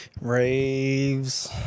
raves